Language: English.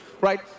right